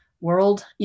world